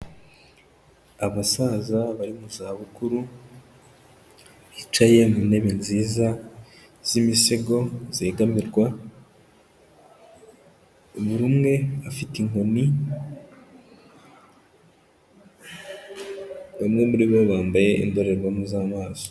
Abasaza bari mu zabukuru, bicaye mu ntebe nziza z'imisego zegamirwa, buri umwe afite inkoni, bamwe muri bo bambaye indorerwamo z'amaso.